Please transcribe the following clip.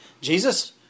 Jesus